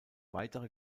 weitere